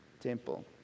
temple